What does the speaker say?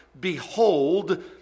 behold